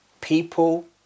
people